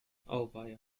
auweia